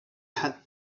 had